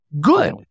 good